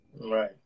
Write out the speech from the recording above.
right